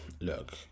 look